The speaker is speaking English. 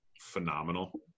phenomenal